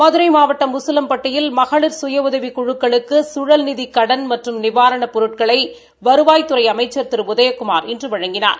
மதுரை மாவட்டம் உசிலம்பட்டியில் மகளிட்டியில் உதவிக்குழக்களுக்கு கழல் நிதி கடன் மற்றும் நிவாரணப் பொருட்களை வருவாய்த்துறை அமைச்சர் திரு உதயகுமார் இன்று வழங்கினார்